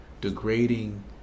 Degrading